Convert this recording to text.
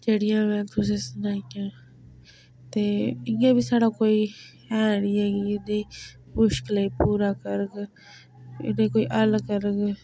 जेह्ड़ियां में तुसें गी सनाइयां न ते इ'यां बी साढ़ा कोई ऐ नी ऐ एह् नेही मुश्कलें गी पूरा करग इ'नेंगी कोई हल करग